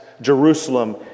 Jerusalem